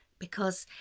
because,